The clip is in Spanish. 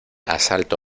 asalto